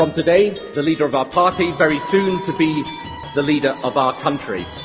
um today the leader of our party, very soon to be the leader of our country.